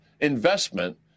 investment